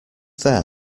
there